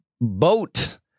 boat